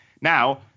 Now